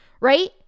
Right